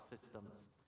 systems